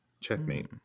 checkmate